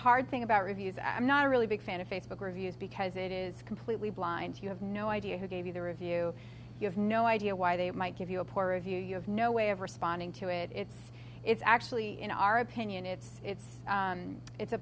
hard thing about reviews i'm not a really big fan of facebook reviews because it is completely blind you have no idea who gave you the review you have no idea why they might give you a poor review you have no way of responding to it it's it's actually in our opinion it's it's it's a